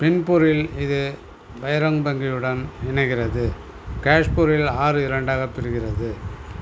பின்பூரில் இது பைரோன் வங்கியுடன் இணைகிறது கேஷ்பூரில் ஆறு இரண்டாகப் பிரிகிறது